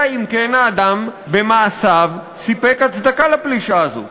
אלא אם כן האדם במעשיו סיפק הצדקה לפלישה הזאת.